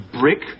Brick